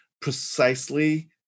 precisely